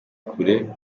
kure